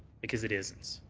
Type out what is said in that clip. because it isn't.